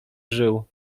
żył